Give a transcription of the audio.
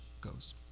goes